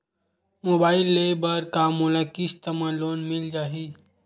Mobile ले बर का मोला किस्त मा लोन मिल जाही?